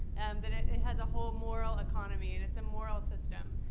and that it has a whole moral economy and it's a moral system.